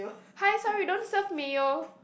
hi sir we don't serve mayo